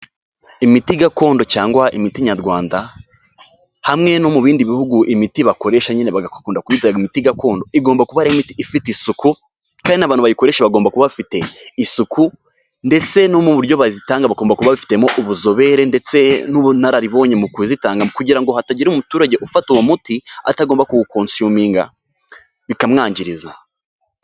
Imiti gakondo cyangwa imiti Nyarwanda, hamwe no mu bindi bihugu imiti bakoresha nyine bagakunda kuyita imiti gakondo, igomba kuba ari imiti ifite isuku, kandi n'abantu bayikoresha bagomba kuba bafite isuku, ndetse no mu buryo bazitanga bagomba kuba bafitemo ubuzobere, ndetse n'ubunararibonye mu kuzitanga, kugira ngo hatagira umuturage ufata uwo muti atagomba kuwukosuwiminga, bikamwangiriza.